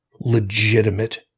legitimate